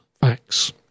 facts